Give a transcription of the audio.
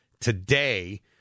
today